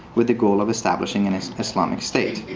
with the goal of establishing and an islamic state.